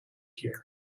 here